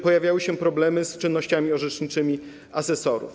Pojawiały się problemy z czynnościami orzeczniczymi asesorów.